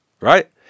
right